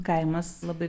kaimas labai